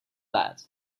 that